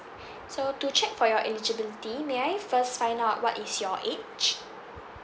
so to check for your eligibility may I first find out what is your age